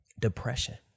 depression